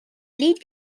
lead